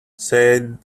said